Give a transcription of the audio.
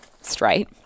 straight